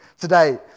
today